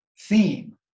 theme